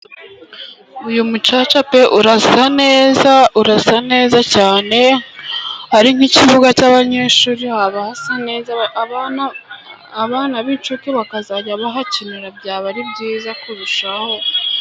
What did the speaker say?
Uyu mucaca pe urasa neza urasa neza cane, ari nk'ikibuga cy'abanyeshuri haba hasa neza, abana b'incuke bakazajya bahakinira byaba ari byiza kurushaho.